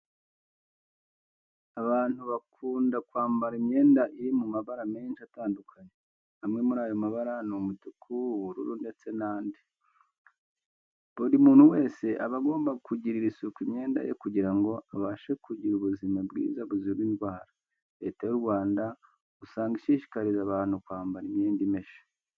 Abantu bakunda kwambara imyenda iri mu mabara menshi atandukanye. Amwe muri ayo mabara ni umutuku, ubururu ndetse n'andi. Buri muntu wese aba agomba kugirira isuku imyenda ye kugira ngo abashe kugira ubuzima bwiza buzira indwara. Leta y'u Rwanga usanga ishishikariza abantu kwambara imyenda imeshe.